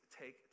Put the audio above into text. take